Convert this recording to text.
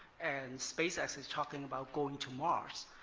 and spacex is talking about going to mars.